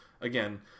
again